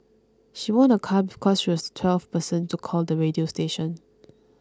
she won a car because she was the twelfth person to call the radio station